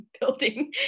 building